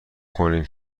کنین